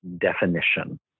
definition